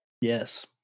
yes